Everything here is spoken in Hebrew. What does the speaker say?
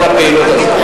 כל הפעילות הזאת.